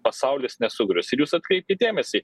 pasaulis nesugrius ir jūs atkreipkit dėmesį